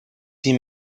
die